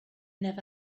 never